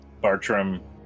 bartram